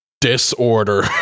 disorder